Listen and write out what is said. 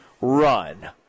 run